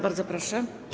Bardzo proszę.